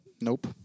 Nope